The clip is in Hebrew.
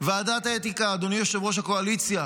ועדת האתיקה, אדוני יושב-ראש הקואליציה,